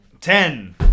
Ten